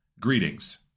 greetings